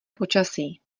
počasí